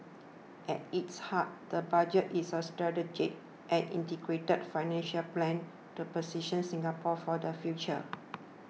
at its heart the Budget is a strategic and integrated financial plan to position Singapore for the future